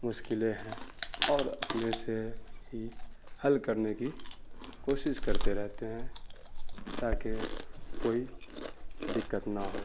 مشکلیں ہیں اور اپنے سے ہی حل کرنے کی کوشش کرتے رہتے ہیں تاکہ کوئی دقت نہ ہو